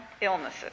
illnesses